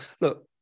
Look